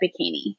bikini